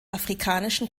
afrikanischen